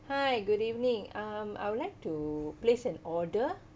hi good evening um I would like to place an order